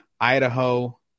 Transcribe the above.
Idaho